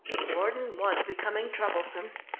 mordon was becoming troublesome.